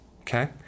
Okay